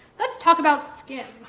let's talk about skin,